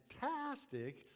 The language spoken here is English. fantastic